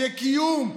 שיהיה קיום,